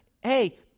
hey